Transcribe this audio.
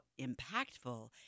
impactful